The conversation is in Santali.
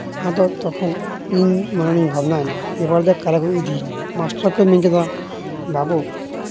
ᱟᱫᱚ ᱛᱚᱠᱷᱚᱱ ᱤᱧ ᱢᱚᱱᱮᱨᱤᱧ ᱵᱷᱟᱵᱽᱱᱟᱭᱮᱱᱟ ᱮᱵᱟᱨᱫᱟ ᱢᱟᱥᱴᱟᱨ ᱠᱚ ᱢᱮᱱ ᱠᱮᱫᱟ ᱵᱟᱹᱵᱩ